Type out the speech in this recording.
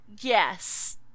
Yes